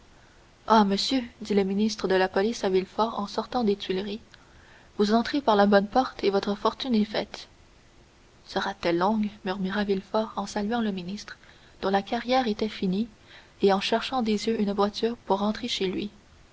ah monsieur dit le ministre de la police à villefort en sortant des tuileries vous entrez par la bonne porte et votre fortune est faite sera-t-elle longue murmura villefort en saluant le ministre dont la carrière était finie et en cherchant des yeux une voiture pour rentrer chez lui